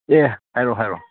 ꯑꯦ ꯍꯥꯏꯔꯛꯑꯣ ꯍꯥꯏꯔꯛꯑꯣ